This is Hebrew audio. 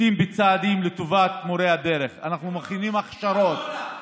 נוקטים צעדים לטובת מורי הדרך: אנחנו מכינים הכשרות,